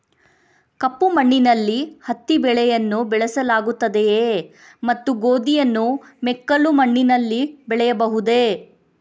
ಕಪ್ಪು ಮಣ್ಣಿನಲ್ಲಿ ಹತ್ತಿ ಬೆಳೆಯನ್ನು ಬೆಳೆಸಲಾಗುತ್ತದೆಯೇ ಮತ್ತು ಗೋಧಿಯನ್ನು ಮೆಕ್ಕಲು ಮಣ್ಣಿನಲ್ಲಿ ಬೆಳೆಯಬಹುದೇ?